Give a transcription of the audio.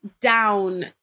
down